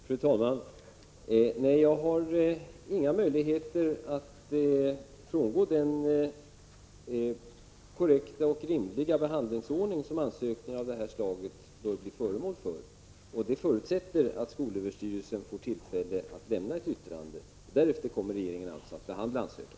Fru talman! Nej, jag har inga möjligheter att frångå den korrekta och rimliga behandlingsordning som ansökningar av detta slag bör bli föremål för. Det förutsätter att skolöverstyrelsen får tillfälle att avlämna ett yttrande. Därefter kommer regeringen alltså att behandla ansökan.